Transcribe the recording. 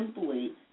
simply